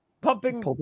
Pumping